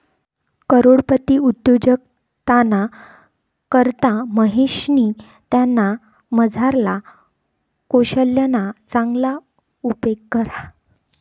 करोडपती उद्योजकताना करता महेशनी त्यानामझारला कोशल्यना चांगला उपेग करा